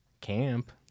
camp